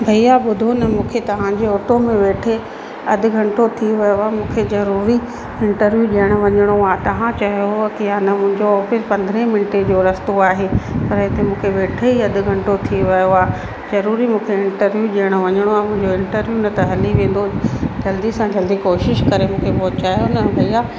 भईया ॿुधो न मूंखे तव्हांजे ऑटो में वेठे अधि घंटो थी वियो आहे मूंखे ज़रूरी इंटरव्यू ॾेअण वञिणो आहे तव्हां चयो हो की हा न हूंदो पंद्रहे मिंटे जो रस्तो आहे पर हिते मूंखे वेठे ई अधि घंटो थी वियो आहे ज़रूरी मूंखे इंटरव्यू ॾेयण वञिणो आहे मुंहिंजो इंटरव्यू न त हली वेंदो जल्दी सां जल्दी कोशिशि करे मूंखे पहुंचायो न भईया